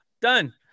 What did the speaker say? done